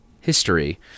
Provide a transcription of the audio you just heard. history